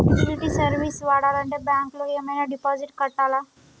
Utility service వాడాలంటే bank లో ఏమైనా డిపాజిట్ కట్టాలా?